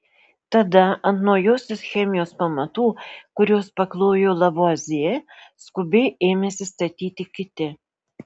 tada ant naujosios chemijos pamatų kuriuos paklojo lavuazjė skubiai ėmėsi statyti kiti